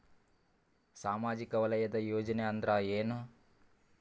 ಸಾಮಾಜಿಕ ವಲಯದ ಯೋಜನೆ ಅಂದ್ರ ಏನ?